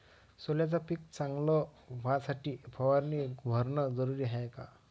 सोल्याचं पिक चांगलं व्हासाठी फवारणी भरनं जरुरी हाये का?